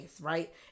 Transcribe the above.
right